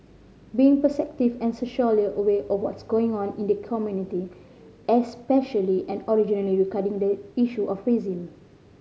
being perceptive and socially aware of what's going on in the community especially and originally regarding the issue of racism